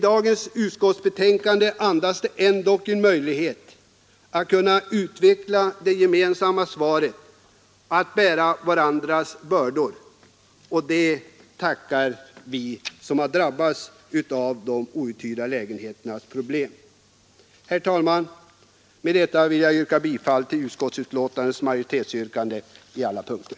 Dagens utskottsbetänkande andas ändock en möjlighet att utveckla det gemensamma ansvaret, att bära varandras bördor, och för detta tackar vi som har drabbats av problemet med outhyrda lägenheter. Herr talman! Med detta vill jag yrka bifall till utskottsbetänkandets majoritetsyrkande på alla punkter.